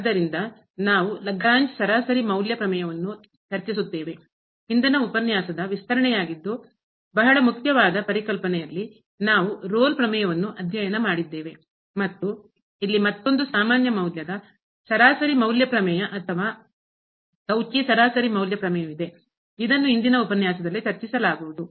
ಆದ್ದರಿಂದ ನಾವು ಲಾಗ್ರೇಂಜ್ ಸರಾಸರಿ ಮೌಲ್ಯ ಪ್ರಮೇಯವನ್ನು ಚರ್ಚಿಸುತ್ತೇವೆ ಹಿಂದಿನ ಉಪನ್ಯಾಸದ ವಿಸ್ತರಣೆಯಾಗಿದ್ದು ಬಹಳ ಮುಖ್ಯವಾದ ಪರಿಕಲ್ಪನೆ ಅಲ್ಲಿ ನಾವು ರೋಲ್ ಪ್ರಮೇಯವನ್ನು Rolle's theorem ಅಧ್ಯಯನ ಮಾಡಿದ್ದೇವೆ ಮತ್ತು ಇಲ್ಲಿ ಮತ್ತೊಂದು ಸಾಮಾನ್ಯ ಮೌಲ್ಯದ ಸರಾಸರಿ ಮೌಲ್ಯ ಪ್ರಮೇಯ ಅಥವಾ ಕೌಚಿ ಸರಾಸರಿ ಮೌಲ್ಯ ಪ್ರಮೇಯವಿದೆ ಇದನ್ನು ಇಂದಿನ ಉಪನ್ಯಾಸದಲ್ಲಿ ಚರ್ಚಿಸಲಾಗುವುದು